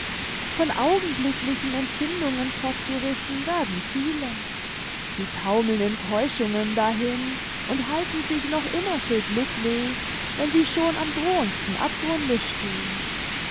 von augenblicklichen empfindungen fortgerissen werden viele sie taumeln in täuschungen dahin und halten sich noch immer für glücklich wenn sie schon am drohendsten abgrunde stehen